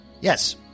yes